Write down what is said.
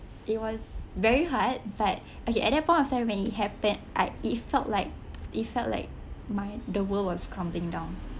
it was very hard but okay at that point of time when it happened I it felt like it felt like my the world was crumbling down